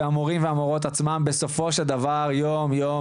והמורים והמורות עצמם בסופו של דבר יום יום